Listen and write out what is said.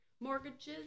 mortgages